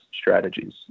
strategies